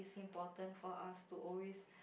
important for us to always